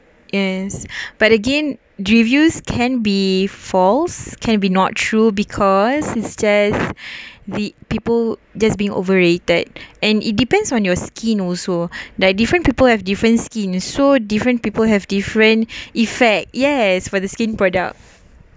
yes but again reviews can be false can be not true because it's just the people just being overrated and it depends on your skin also like different people have different skin so different people have different effect yes for the skin product